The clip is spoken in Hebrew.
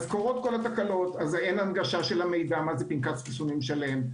קורות כל התקלות אז אין הנגשה של המידע מה זה פנקס חיסונים שלם.